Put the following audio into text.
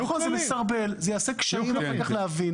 זה מסרבל ואחר כך יהיו קשיים כדי להבין.